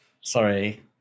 Sorry